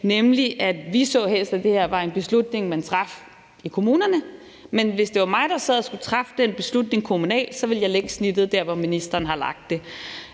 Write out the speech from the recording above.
for vi så helst, at det var en beslutning, man traf i kommunerne. Men hvis det var mig, der sad og skulle sidde og træffe den beslutning kommunalt, ville jeg lægge snittet der, hvor ministeren har lagt det.